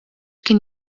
kien